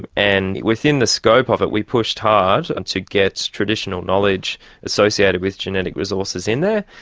and and within the scope of it, we pushed hard and to get traditional knowledge associated with genetic resources in there.